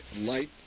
light